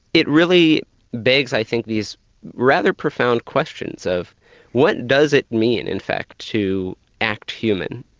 it really begs i think these rather profound questions of what does it mean in fact, to act human.